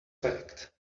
fact